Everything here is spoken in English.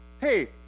hey